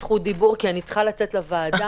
אני חושב שצריך למנוע אותו.